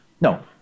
No